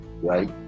right